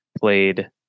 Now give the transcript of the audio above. played